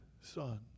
son